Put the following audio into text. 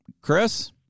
Chris